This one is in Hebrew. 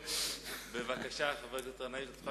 בבקשה, חבר הכנסת גנאים.